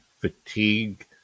fatigue